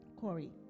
Corey